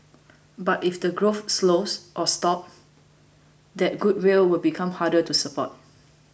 but if the growth slows or stops that goodwill will become harder to support